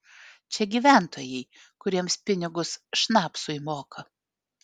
čia gyventojai kuriems pinigus šnapsui moka